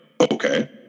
okay